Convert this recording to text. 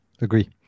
Agree